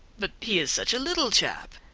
but he is such a little chap!